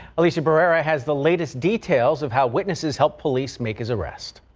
alicia barrera has the latest details of how witnesses helped police make his arrest.